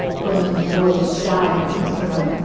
blaine's voice died in his throat.